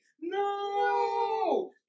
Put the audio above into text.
No